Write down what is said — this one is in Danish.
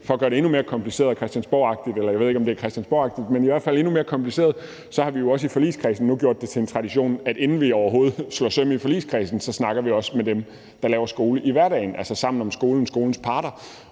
for at gøre det endnu mere kompliceret og christiansborgagtigt – eller jeg ved ikke, om det er christiansborgagtigt – i forligskredsen gjort det til en tradition, at inden vi overhovedet slår et søm i i forligskredsen, snakker vi også med dem, der laver skole i hverdagen, altså »Sammen om skolen«, skolens parter.